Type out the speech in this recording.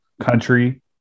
country